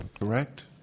Correct